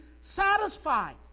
satisfied